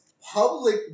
Public